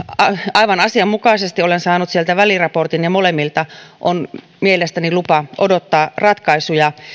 aivan asianmukaisesti olen saanut sieltä väliraportin ja molemmilta on mielestäni lupa odottaa ratkaisuja